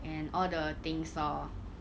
and all the things lor